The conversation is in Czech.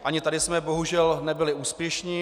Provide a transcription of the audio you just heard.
Ani tady jsme bohužel nebyli úspěšní.